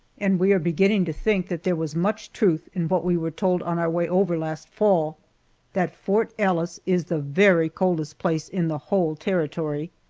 and we are beginning to think that there was much truth in what we were told on our way over last fall that fort ellis is the very coldest place in the whole territory.